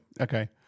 Okay